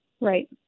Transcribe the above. Right